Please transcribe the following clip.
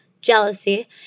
jealousy